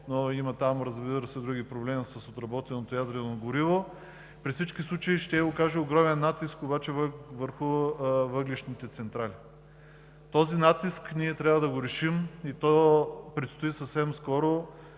но там има други проблеми с обработеното ядрено гориво и при всички случай ще окаже огромен натиск върху въглищните централи. Този натиск трябва да го решим. Предстои съвсем скоро